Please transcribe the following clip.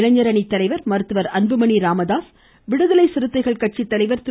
இளைஞர் அணித்தலைவர் மருத்துவர் அன்புமணி ராமதாஸ் விடுதலை சிறுத்தைகள் கட்சித்தலைவர் திரு